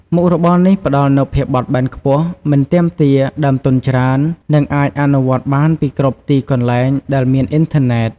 មុខរបរនេះផ្ដល់នូវភាពបត់បែនខ្ពស់ មិនទាមទារដើមទុនច្រើន និងអាចអនុវត្តបានពីគ្រប់ទីកន្លែងដែលមានអ៊ីនធឺណេត។